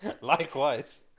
Likewise